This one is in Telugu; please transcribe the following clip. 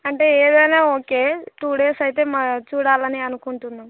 అంటే ఏదైనా ఓకే టూ డేస్ అయితే మా చూడాలని అనుకుంటున్నాము